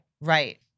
Right